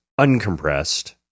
uncompressed